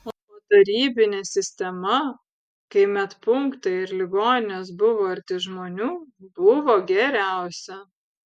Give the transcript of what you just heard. o tarybinė sistema kai medpunktai ir ligoninės buvo arti žmonių buvo geriausia